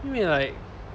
因为 like